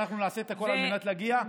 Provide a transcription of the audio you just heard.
אנחנו נעשה את הכול על מנת להגיע,